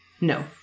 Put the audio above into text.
No